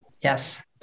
Yes